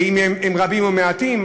האם הם רבים או מעטים,